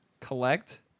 collect